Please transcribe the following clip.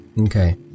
okay